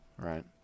right